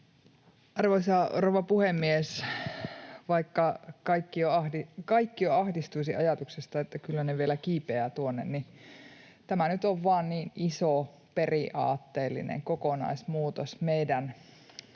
Arvoisa rouva puhemies! Vaikka kaikki jo ahdistuisivat ajatuksesta, että kyllä ne vielä kiipeävät tuonne, niin tämä nyt on vaan niin iso periaatteellinen kokonaismuutos meidän